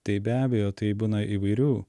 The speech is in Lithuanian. tai be abejo tai būna įvairių